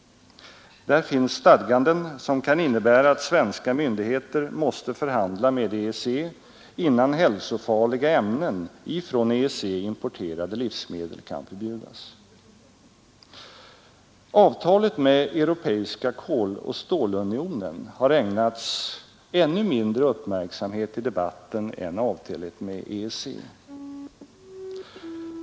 I stadganden som kan innebära att svenska myndigheter måste förhandla med EEC innan hälsofarliga ämnen i från EEC importerade livsmedel kan förbjudas Avtalet med Europeiska koloch stålunionen har ägnats ännu mindre uppmärksamhet i debatten än avtalet med EEC.